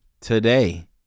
today